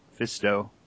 Fisto